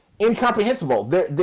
Incomprehensible